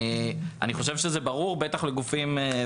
אני חושב שזה ברור, בטח לגופים.